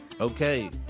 Okay